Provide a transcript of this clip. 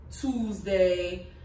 Tuesday